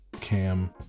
cam